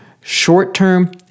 short-term